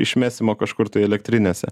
išmesim o kažkur tai elektrinėse